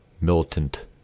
militant